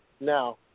Now